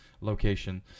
location